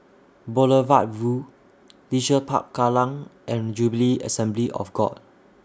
Boulevard Vue Leisure Park Kallang and Jubilee Assembly of God